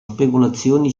speculazioni